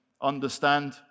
understand